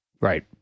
Right